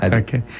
okay